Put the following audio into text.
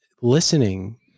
listening